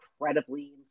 incredibly